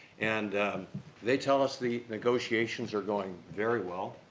and they tell us the negotiations are going very well.